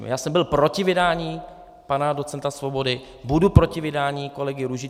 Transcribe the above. Já jsem byl proti vydání pana docenta Svobody, budu proti vydání kolegy Růžičky.